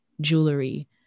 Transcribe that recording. jewelry